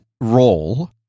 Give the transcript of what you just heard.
role